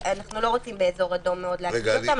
שאנחנו לא רוצים באזור אדום מאוד להחריג אותם,